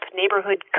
neighborhood